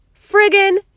friggin